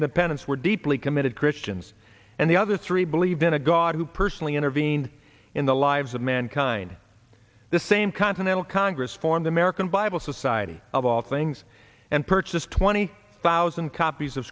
independence were deeply committed christians and the other three believed in a god who personally intervened in the lives of mankind the same continent congress form the american bible society of all things and purchase twenty thousand copies of